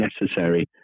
necessary